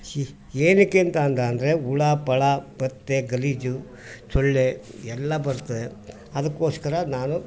A ಏನಕ್ಕಂತ ಅಂದ ಅಂದರೆ ಹುಳ ಪಳ ಪತ್ತೆ ಗಲೀಜು ಸೊಳ್ಳೆ ಎಲ್ಲ ಬರ್ತದೆ ಅದಕ್ಕೋಸ್ಕರ ನಾನು